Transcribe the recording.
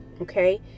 Okay